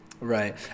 Right